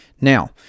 Now